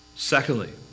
Secondly